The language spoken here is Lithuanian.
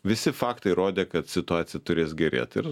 visi faktai rodė kad situacija turės gerėt ir